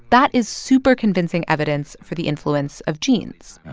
that is super convincing evidence for the influence of genes